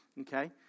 Okay